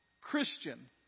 Christian